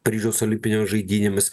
paryžiaus olimpinėm žaidynėmis